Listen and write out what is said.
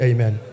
Amen